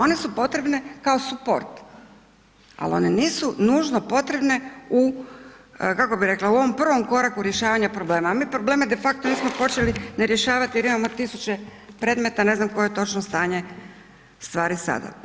One su potrebne kao suport, ali one nisu nužno potrebne u, kako bi rekla u ovom prvom koraku rješavanja problema, a mi probleme de facto nismo počeli ni rješavati jer imamo tisuće predmeta ne znam koje točno stanje stvari sada.